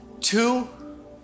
two